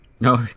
No